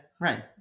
Right